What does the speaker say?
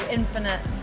infinite